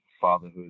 fatherhood